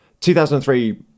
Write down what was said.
2003